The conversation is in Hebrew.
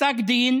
פסק דין